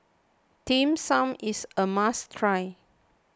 Dim Sum is a must cry